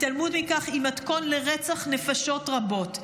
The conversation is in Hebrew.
התעלמות מכך היא מתכון לרצח נפשות רבות.